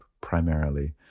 primarily